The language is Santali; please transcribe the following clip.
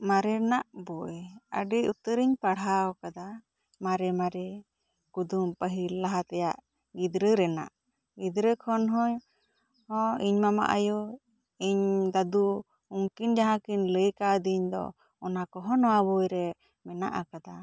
ᱢᱟᱨᱮᱱᱟᱜ ᱵᱳᱭ ᱟᱹᱰᱤ ᱩᱛᱟᱹᱨ ᱤᱧ ᱯᱟᱲᱦᱟᱣ ᱟᱠᱟᱫᱟ ᱢᱟᱨᱮ ᱢᱟᱨᱮ ᱠᱩᱫᱩᱢ ᱯᱟᱹᱦᱤᱞ ᱞᱟᱦᱟ ᱛᱮᱭᱟᱜ ᱜᱤᱫᱽᱨᱟᱹ ᱨᱮᱱᱟᱜ ᱜᱤᱫᱽᱨᱟᱹ ᱠᱷᱚᱱ ᱦᱚᱸ ᱤᱧ ᱢᱟᱢᱟ ᱟᱭᱳ ᱤᱧ ᱫᱟᱫᱩ ᱩᱱᱠᱤᱱ ᱡᱟᱦᱟᱸᱠᱤᱱ ᱞᱟᱹᱭ ᱠᱟᱣ ᱫᱤᱧ ᱫᱚ ᱚᱱᱟ ᱠᱚᱦᱚᱸ ᱱᱚᱣᱟ ᱵᱳᱭ ᱨᱮ ᱢᱮᱱᱟᱜ ᱟᱠᱟᱫᱟ